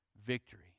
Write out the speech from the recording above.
victory